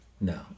No